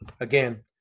again